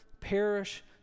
perish